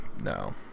No